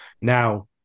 now